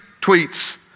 tweets